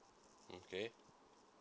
okay